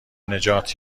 نجات